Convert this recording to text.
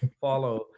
follow